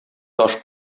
таш